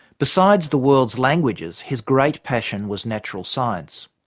besides the world's languages, his great passion was natural science.